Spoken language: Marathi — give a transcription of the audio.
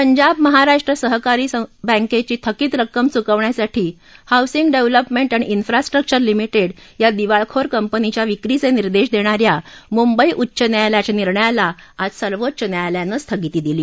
पंजाब महाराष्ट्र सहकारी बँकेची थकीत रक्कम चूकवण्यासाठी हाऊसिंग डेव्हलपमेंट आणि ऊ्रास्ट्र्क्चर लिमिटेड या दिवाळखोर कंपनीच्या विक्रीचे निर्देश देणा या मुंबई उच्च न्यायालयाच्या निर्णयाला आज सर्वोच्च न्यायालयानं स्थगिती दिली